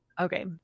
Okay